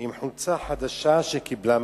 עם חולצה חדשה שקיבלה מתנה"